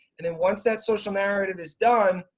and then once that social narrative is done,